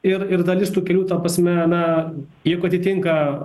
ir ir dalis tų kelių ta prasme na jeigu atitinka